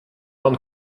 non